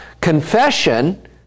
confession